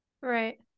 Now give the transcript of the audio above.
Right